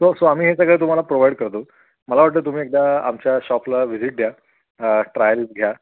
so so आम्ही हे सगळं तुम्हाला प्रोव्हाइड करतो मला वाटतं तुम्ही एकदा आमच्या शॉपला व्हिजिट द्या ट्रायल घ्या